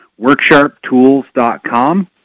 WorkSharpTools.com